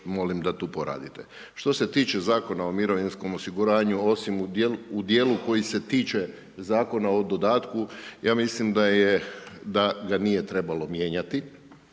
molim da tu poradite. Što se tiče zakona o mirovinskom osiguranju, osim u djelu koji se tiče zakona o dodatku, ja mislim da ga nije trebalo mijenjati.